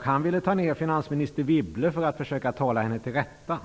Han ville ta ner finansminister Wibble för att försöka tala henne till rätta.